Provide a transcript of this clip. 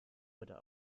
oder